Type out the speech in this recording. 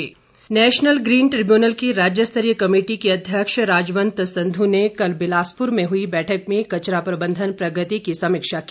NGT National Green Tribunal की राज्य स्तरीय कमेटी की अध्यक्ष राजवंत संधू ने कल बिलासपुर में हुई बैठक में कचरा प्रबंधन प्रगति की समीक्षा की